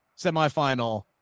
semifinal